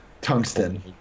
Tungsten